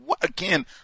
Again